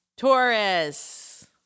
Taurus